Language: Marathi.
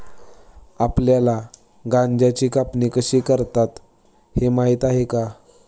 आपल्याला गांजाची कापणी कशी करतात हे माहीत आहे का?